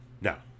Now